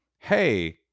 Hey